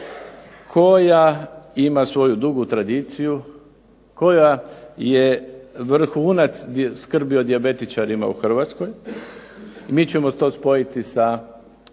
koja ima svoju dugu tradiciju, koja je vrhunac skrbi o dijabetičarima u Hrvatskoj. Mi ćemo to spojiti sa,